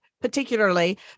particularly